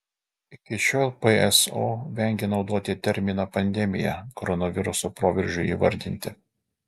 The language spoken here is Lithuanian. iki šiol pso vengė naudoti terminą pandemija koronaviruso proveržiui įvardinti